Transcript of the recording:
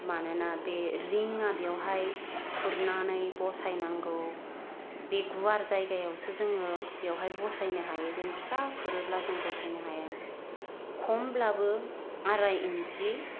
मानोना बे रिंया बियावहाय खुरनानै बसायनांगौ बे गुवार जायगायावसो जोङो बेयावहाय बसायनो हायो जों फिसा खुरोब्ला जों बसायनो हाया खमब्लाबो आराय इनसि